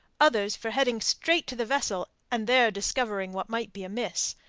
others for heading straight to the vessel and there discovering what might be amiss.